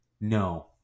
No